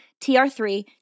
TR3